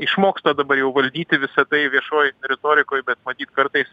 išmoksta dabar jau valdyti visa tai viešoj retorikoj bet matyt kartais